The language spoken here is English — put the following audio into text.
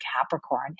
Capricorn